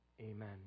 Amen